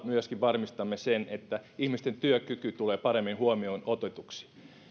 myöskin varmistamme sen että ihmisten työkyky tulee paremmin huomioon otetuksi